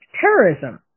terrorism